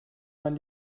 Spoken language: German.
man